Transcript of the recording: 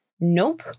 Nope